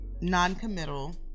non-committal